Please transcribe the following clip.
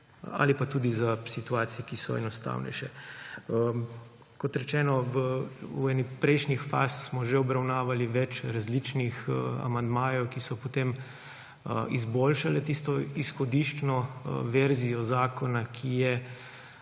ali pa tudi za situacije, ki so enostavnejše. Kot rečeno, v eni prejšnjih faz smo že obravnavali več različnih amandmajev, ki so potem izboljšali tisto izhodiščno verzijo zakona, ki je